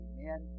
Amen